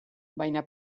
baina